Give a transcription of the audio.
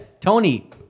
Tony